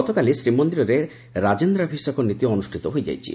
ଗତକାଲି ଶ୍ରୀମନ୍ଦିରରେ ରାଜେନ୍ଦ୍ରାଭିଷେକ ନୀତି ଅନୁଷିତ ହୋଇଯାଇଛି